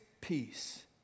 peace